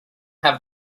have